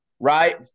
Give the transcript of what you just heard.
Right